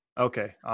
Okay